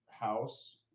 house